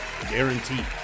guaranteed